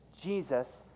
Jesus